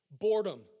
Boredom